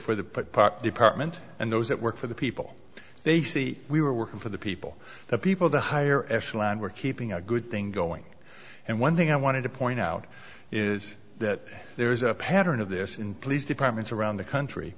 part department and those that work for the people they see we were working for the people the people the higher echelon were keeping a good thing going and one thing i wanted to point out is that there is a pattern of this in police departments around the country